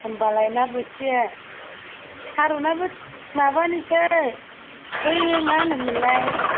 होमबालाय ना बोथिया थारुनाबो माबानिसो बै मा होनोमोनलाय